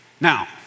Now